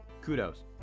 kudos